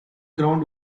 ground